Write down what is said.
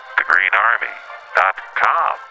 thegreenarmy.com